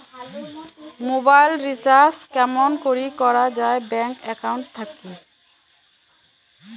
Mobile recharge কেমন করি করা যায় ব্যাংক একাউন্ট থাকি?